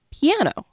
piano